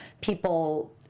people